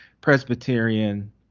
Presbyterian